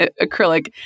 acrylic